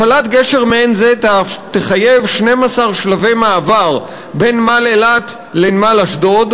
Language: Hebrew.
הפעלת גשר מעין זה תחייב 12 שלבי מעבר בין נמל אילת לנמל אשדוד,